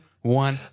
one